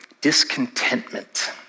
discontentment